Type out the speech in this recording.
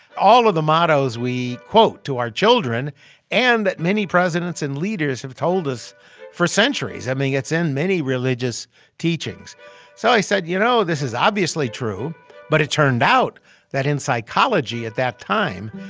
all of the mottoes we quote to our children and that many presidents and leaders have told us for centuries. i mean, it's in many religious teachings so i said, you know, this is obviously true but it turned out that in psychology at that time,